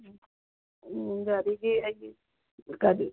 ꯒꯥꯔꯤꯒꯤ ꯑꯩꯒꯤ ꯒꯥꯔꯤ